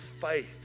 faith